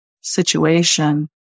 situation